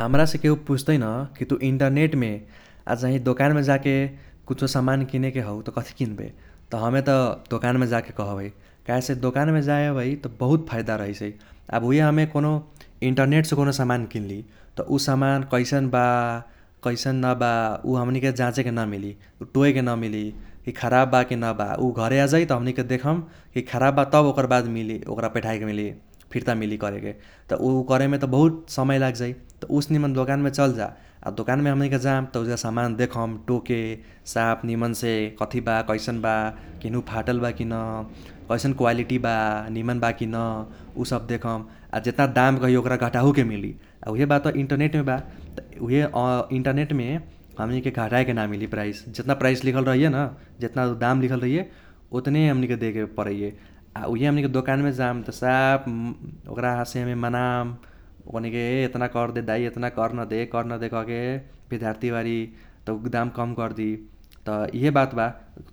हमरासे केहु पूछ्तै न कि तु इन्टरनेटमे आ चाही दोकानमे जाके कुछो समान किनेके हौ त कथी किन्बे त हमे त दोकानमे जाके कहबै काहेसे दोकानमे जबै त बहुत फाइदा रहैसै। आब उहे हमे कौनो इन्टरनेटसे कौनो सामान किनली त उ सामान कैसन बा कैसन न बा उ हमनीके जाचेके न मिली टोएके न मिली कि खराब बा कि न बा उ घरे आजै त हमनीके देखम इ खराब बा तब ओकर बाद मिली ओकरा पठाएके मिली फिर्ता मिली करेके त उ कारेमे त बहुत समय लागजै त उसे निमन दोकानमे चलजा आ दोकानमे हमनीके जाम त उजगा सामान देखम टोके साफ निमनसे कथी बा कैसन बा केनहू फाटल बा कि न कैसन क्वालिटी बा निमन बा कि न उसब देखम। आ जेतना दाम कही ओकरा घटाहुके मिली। आ उहे बात बा इन्टरनेटमे बा इन्टरनेटमे हमनीके घटाएके न मिली प्राइस जेतना प्राइस लिखल रहैये न जेतना दाम लिखल रहैये ओतने हमनीके देके परैये। आ उइहे हमनीके दोकानमे जाम त साफ ओकरासे हमे मनाम ओकनीके एतना कर्दे दाइ एतना कर न दे कर्दे कह के विध्यार्थी बारी त उ दाम काम कर्दी। त इहे बात बा